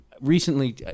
recently